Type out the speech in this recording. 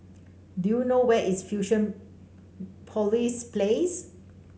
do you know where is Fusionopolis Place